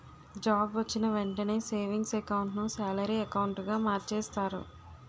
job వొచ్చిన వెంటనే savings account ను సాలరీ అకౌంటుగా మార్చేస్తారు